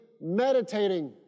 meditating